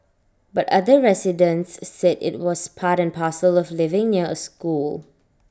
but other residents said IT was part and parcel of living near A school